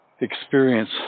experience